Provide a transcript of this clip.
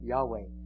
Yahweh